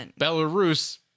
Belarus